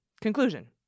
conclusion